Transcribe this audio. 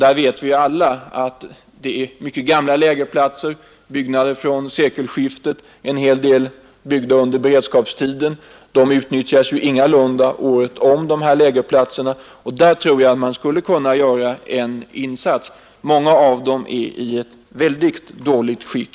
Vi vet alla att det är fråga om mycket gamla lägerplatser; så är t.ex. en del byggnader frän sekelskiftet och en del är uppförda under beredskapstiden. Dessa lägerplatser utnyttjas ingalunda året om, och där tror jag att man skulle kunna göra en insats. Många av dessa lägerplatser är tyvärr i ett mycket dåligt skick.